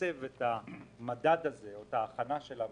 מתקצב את המדד הזה או את ההכנה שלו,